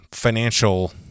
financial